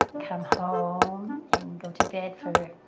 come home and go to bed for